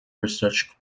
research